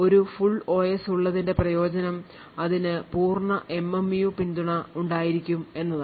ഒരു full OS ഉള്ളതിന്റെ പ്രയോജനം അതിന് പൂർണ്ണ MMU പിന്തുണ ഉണ്ടായിരിക്കും എന്നതാണ്